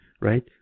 right